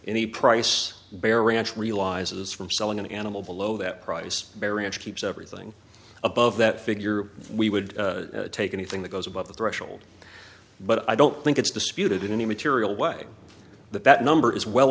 the price bear ranch realizes from selling an animal below that price variance keeps everything above that figure we would take anything that goes above the threshold but i don't think it's disputed in any material way that that number is well